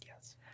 Yes